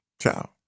Ciao